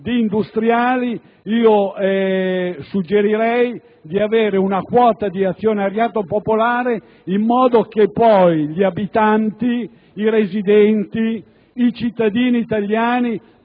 di industriali. Suggerirei di prevedere una quota di azionariato popolare in modo che gli abitanti, i residenti, i cittadini italiani